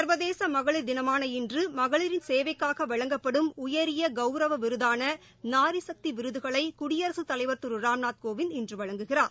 சர்வதேச மகளிர் தினமான இன்று மகளிரின் சேவைக்கூக வழங்கப்படும் உயரிய கௌரவ விருதான நாரிசக்தி விருதுகளை குடியரசு தலைவர் திரு ராம்நாத் கோவிந்த் இன்று வழங்குகிறார்